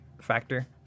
Factor